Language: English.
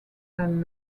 than